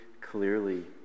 clearly